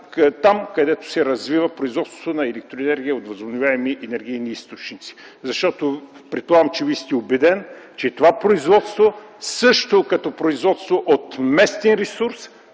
където се развива производството на енергия от възобновяеми енергийни източници? Предполагам, че и Вие сте убеден, че това производство също като производство от местен ресурс